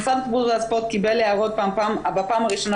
משרד התרבות והספורט קיבל הערות בפעם הראשונה